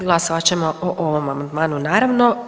Glasovat ćemo o ovom amandmanu naravno.